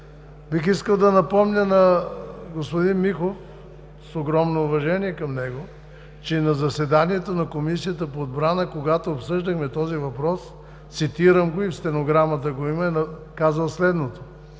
Бих искал да напомня на господин Михов, с огромно уважение към него, че на заседанието на Комисията по отбрана, когато обсъждахме този въпрос, цитирам го, и в стенограмата го има, е казал следното: